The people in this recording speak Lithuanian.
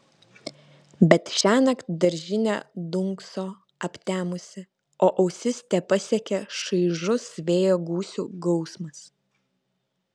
bet šiąnakt daržinė dunkso aptemusi o ausis tepasiekia šaižus vėjo gūsių gausmas